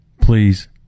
Please